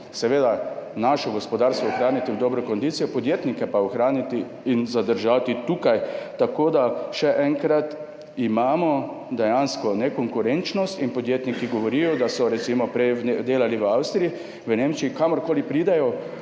seveda naše gospodarstvo ohraniti v dobri kondiciji, podjetnike pa ohraniti in zadržati tukaj. Tako da, še enkrat, imamo dejansko nekonkurenčnost in podjetniki govorijo, da so recimo prej delali v Avstriji, v Nemčiji, kamor koli pridejo,